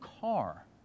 car